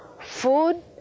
food